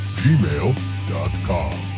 gmail.com